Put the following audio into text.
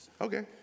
Okay